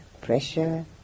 pressure